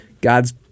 God's